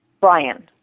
Brian